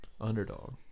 Underdog